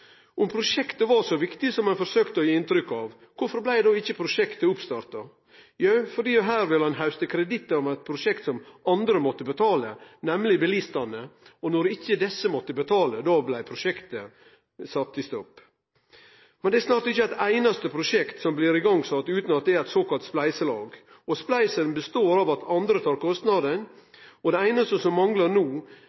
Om prosjektet var så viktig som ein førsøkjer å gi inntrykk av, kvifor blei ikkje prosjektet starta? Jo, her vil ein hauste kreditt av eit prosjekt som andre må betale, nemleg bilistane. Og når desse ikkje må betale, blir prosjektet stoppa. Det er snart ikkje eit einaste prosjekt som blir sett i gang utan det er eit såkalla spleiselag. Spleisen består i at andre tar kostnaden.